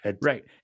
right